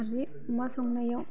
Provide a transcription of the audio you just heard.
नारजि अमा संनायाव